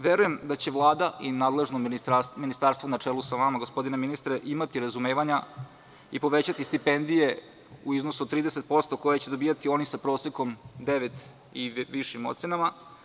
Verujem da će Vlada i nadležno ministarstvo na čelu sa vama gospodine ministre, imati razumevanja i povećati stipendije u iznosu od 30% koje će dobijati oni sa prosekom 9 i višim ocenama.